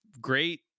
Great